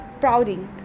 prouding